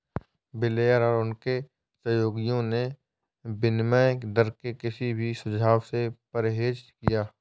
Blair और उनके सहयोगियों ने विनिमय दर के किसी भी सुझाव से परहेज किया